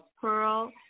Pearl